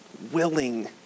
willing